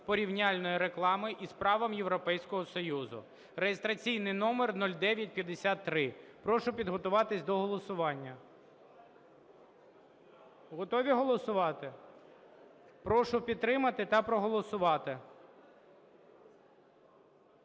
порівняльної реклами із правом Європейського Союзу (реєстраційний номер 0953). Прошу підготуватись до голосування. Готові голосувати? Прошу підтримати та проголосувати.